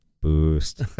Boost